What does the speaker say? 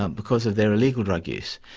um because of their illegal drug use.